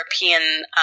European